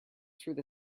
through